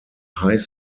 high